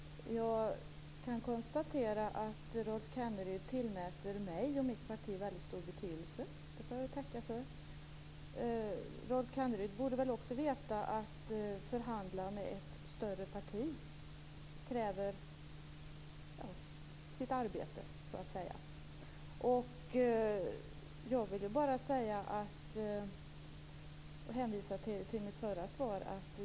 Fru talman! Jag kan konstatera att Rolf Kenneryd tillmäter mig och mitt parti väldigt stor betydelse. Det får jag tacka för. Rolf Kenneryd borde också veta att det kräver sitt arbete att förhandla med ett större parti. Jag kan hänvisa till mitt förra svar.